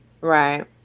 Right